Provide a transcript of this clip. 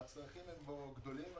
והצרכים בו גדולים.